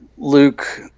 Luke